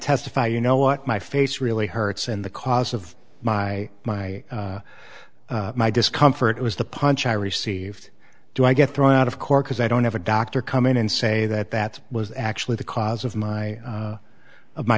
testify you know what my face really hurts in the cause of my my my discomfort was the punch i received do i get thrown out of court because i don't have a doctor come in and say that that was actually the cause of my of my